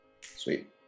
Sweet